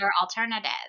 alternative